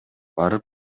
барып